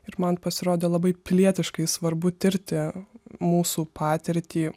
ir man pasirodė labai pilietiškai svarbu tirti mūsų patirtį